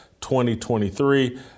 2023